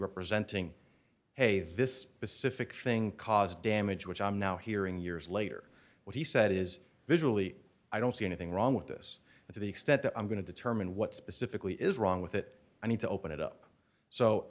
representing hey this specific thing caused damage which i'm now hearing years later what he said is visually i don't see anything wrong with this and to the extent that i'm going to determine what specifically is wrong with it i need to open it up so